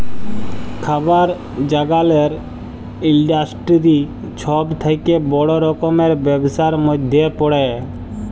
খাবার জাগালের ইলডাসটিরি ছব থ্যাকে বড় রকমের ব্যবসার ম্যধে পড়ে